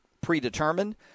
predetermined